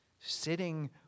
sitting